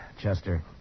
Chester